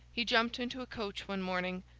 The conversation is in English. he jumped into a coach one morning,